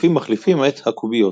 קלפים מחליפים את הקוביות.